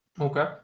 Okay